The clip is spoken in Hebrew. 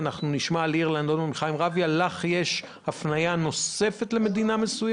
יש לך הפניה נוספת לעוד מדינה?